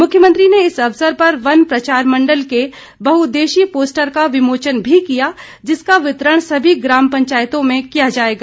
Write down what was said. मुख्यमंत्री ने इस अवसर पर वन प्रचार मण्डल के बहुउद्देशीय पोस्टर का विमोचन भी किया जिसका वितरण सभी ग्राम पंचायतों में किया जाएगा